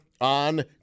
on